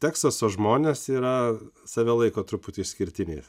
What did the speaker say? teksaso žmonės yra save laiko truputį išskirtiniais